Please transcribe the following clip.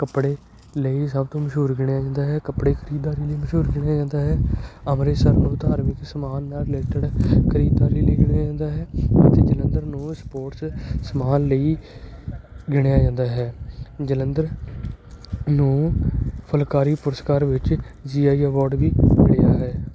ਕੱਪੜੇ ਲਈ ਸਭ ਤੋਂ ਮਸ਼ਹੂਰ ਗਿਣਿਆ ਜਾਂਦਾ ਹੈ ਕੱਪੜੇ ਖਰੀਦਦਾਰੀ ਲਈ ਮਸ਼ਹੂਰ ਗਿਣਿਆ ਜਾਂਦਾ ਹੈ ਅੰਮ੍ਰਿਤਸਰ ਨੂੰ ਧਾਰਮਿਕ ਸਮਾਨ ਨਾਲ਼ ਰਿਲੇਟਡ ਖਰੀਦਦਾਰੀ ਲਈ ਗਿਣਿਆ ਜਾਂਦਾ ਹੈ ਅਤੇ ਜਲੰਧਰ ਨੂੰ ਸਪੋਰਟਸ ਸਮਾਨ ਲਈ ਗਿਣਿਆ ਜਾਂਦਾ ਹੈ ਜਲੰਧਰ ਨੂੰ ਫੁਲਕਾਰੀ ਪੁਰਸਕਾਰ ਵਿੱਚ ਜੀ ਆਈ ਅਵਾਰਡ ਵੀ ਮਿਲਿਆ ਹੈ